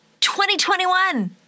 2021